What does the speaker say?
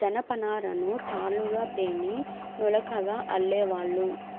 జనపనారను తాళ్ళుగా పేని నులకగా అల్లేవాళ్ళు